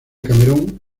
cameron